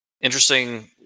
interesting